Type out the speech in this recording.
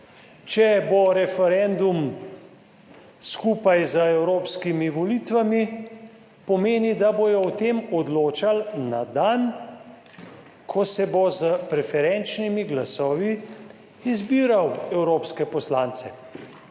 Če bo referendum skupaj z evropskimi volitvami, pomeni, da bodo o tem odločali na dan, ko se bo s preferenčnimi glasovi izbiral evropske poslance.